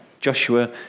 Joshua